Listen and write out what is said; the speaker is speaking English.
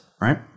right